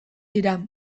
dira